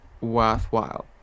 worthwhile